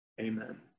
Amen